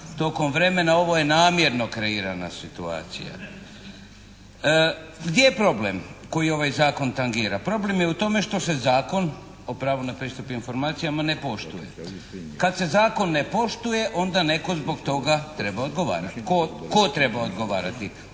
tokom vremena. Ovo je namjerno kreirana situacija. Gdje je problem koji ovaj zakon tangira? Problem je u tome što se Zakon o pravu na pristup informacijama ne poštuje. Kad se zakon ne poštuje onda netko zbog toga treba odgovarati. Tko treba odgovarati?